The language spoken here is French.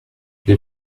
les